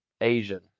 Asian